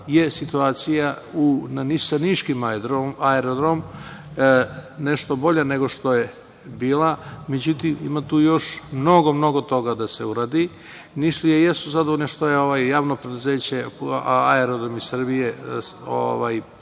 je situacija sa niškim aerodromom nešto bolja nego što je bila, međutim, ima tu još mnogo, mnogo toga da se uradi. Nišlije jesu zadovoljne što JP „Aerodromi Srbije“